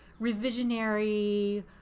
revisionary